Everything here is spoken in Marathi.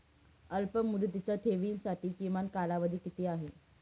अल्पमुदतीच्या ठेवींसाठी किमान कालावधी किती आहे?